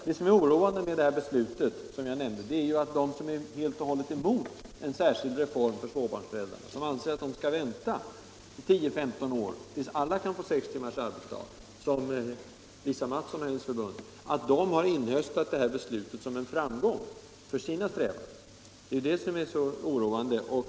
Det oroande med det här beslutet, är att de som helt och hållet är emot en särskild reform för småbarnsföräldrar, och som anser att vi skall vänta i 10-15 år tills alla kan få sex timmars arbetsdag — som Lisa Mattson och hennes förbund — har inhöstat detta beslut som en framgång.